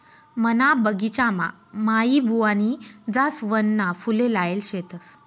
मना बगिचामा माईबुवानी जासवनना फुले लायेल शेतस